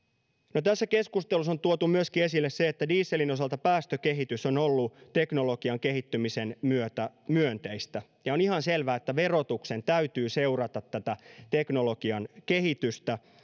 tässä keskustelussa on tuotu myöskin esille se että dieselin osalta päästökehitys on ollut teknologian kehittymisen myötä myönteistä ja on ihan selvää että verotuksen täytyy seurata tätä teknologian kehitystä